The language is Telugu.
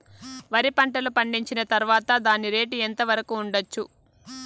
వరి పంటలు పండించిన తర్వాత దాని రేటు ఎంత వరకు ఉండచ్చు